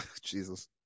Jesus